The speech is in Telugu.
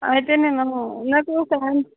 అయితే నేను నాకు సామ్